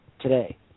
today